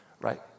right